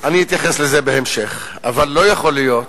אני אתייחס לזה בהמשך, אבל לא יכול להיות